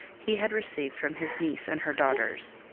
he had received from his niece and her daughters.